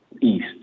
east